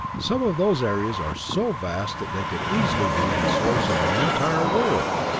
some of those areas are so vast that they could easily be the source of an entire world!